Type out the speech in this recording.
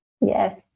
Yes